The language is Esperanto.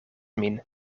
min